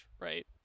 Right